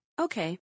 Okay